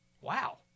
wow